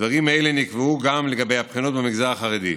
דברים אלו נקבעו גם לגבי הבחינות במגזר החרדי.